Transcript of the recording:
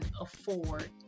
afford